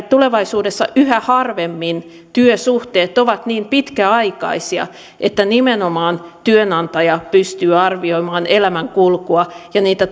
tulevaisuudessa yhä harvemmin työsuhteet ovat niin pitkäaikaisia että nimenomaan työnantaja pystyy arvioimaan elämänkulkua ja niitä